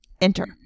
enter